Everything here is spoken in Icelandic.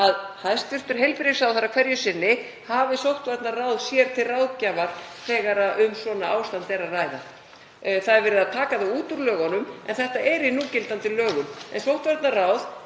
að hæstv. heilbrigðisráðherra hverju sinni hafi sóttvarnaráð sér til ráðgjafar þegar um svona ástand er að ræða. Það er verið að taka það út úr lögunum en þetta er í núgildandi lögum. Sóttvarnaráð,